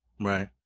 right